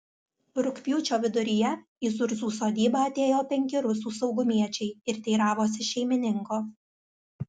rugpjūčio viduryje į zurzų sodybą atėjo penki rusų saugumiečiai ir teiravosi šeimininko